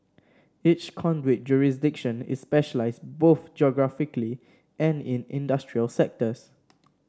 each conduit jurisdiction is specialised both geographically and in industrial sectors